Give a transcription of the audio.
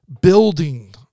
building